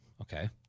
Okay